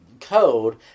code